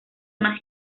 una